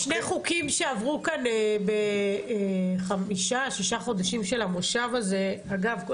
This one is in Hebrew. שני חוקים שעברו כאן בחמישה-שישה חודשים של המושב הזה אגב,